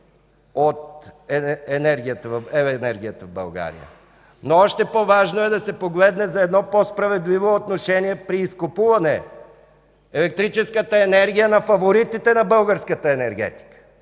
електроенергията в България. Но още по-важно е да се погледне за едно по-справедливо отношение при изкупуване на електрическата енергия на фаворитите на българската енергетика.